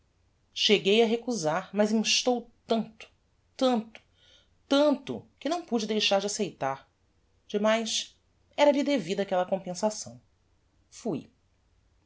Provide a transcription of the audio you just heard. cheguei a recusar mas instou tanto tanto tanto que não pude deixar de aceitar demais era-lhe devida aquella compensação fui